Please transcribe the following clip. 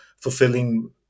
fulfilling